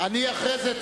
אחרי זה,